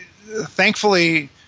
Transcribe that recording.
thankfully –